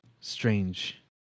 strange